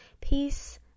Peace